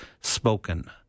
spoken